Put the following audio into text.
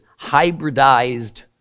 hybridized